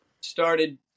Started